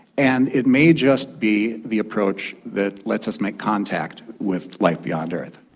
and it may just be the approach that lets us make contact with life beyond earth.